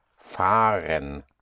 Fahren